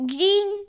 Green